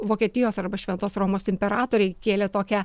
vokietijos arba šventos romos imperatoriai kėlė tokią